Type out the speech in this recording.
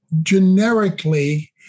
generically